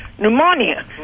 pneumonia